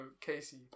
Casey